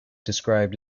described